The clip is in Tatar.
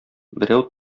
берәү